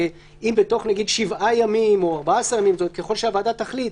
אם בתוך שבעה ימים או 14 ימים ככל שהוועדה תחליט